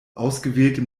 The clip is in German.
ausgewählte